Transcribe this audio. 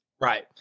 Right